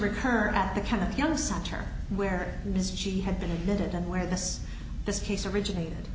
return at the kind of young center where miss g had been admitted and where this this case originated